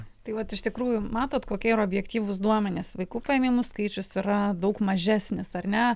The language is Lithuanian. tai vat iš tikrųjų matot kokie yra objektyvūs duomenys vaikų paėmimų skaičius yra daug mažesnis ar ne